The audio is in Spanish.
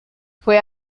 fue